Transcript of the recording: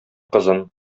кызын